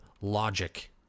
logic